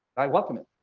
i welcome it,